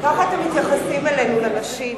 ככה אתם מתייחסים אלינו, לנשים.